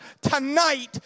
tonight